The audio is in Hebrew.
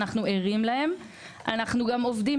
אנחנו ערים להן ואנחנו גם עובדים